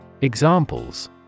Examples